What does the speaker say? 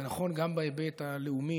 זה נכון גם בהיבט הלאומי,